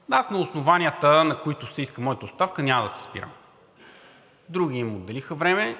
цитат. На основанията, на които се иска моята оставка няма да се спирам, други им отделиха време.